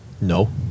No